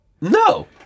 no